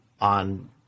on